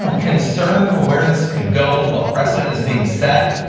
so concern for where this could go, what precedent is being set?